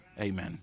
Amen